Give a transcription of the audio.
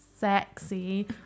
Sexy